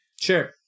Sure